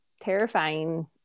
terrifying